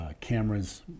cameras